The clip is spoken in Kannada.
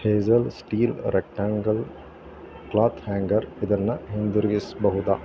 Hazel steel rectangle cloth hanger ಇದನ್ನು ಹಿಂದಿರುಗಿಸಬಹುದಾ